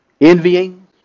Envying